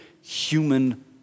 human